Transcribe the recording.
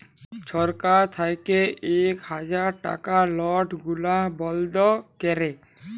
ছরকার থ্যাইকে ইক হাজার টাকার লট গুলা বল্ধ ক্যরে